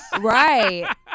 Right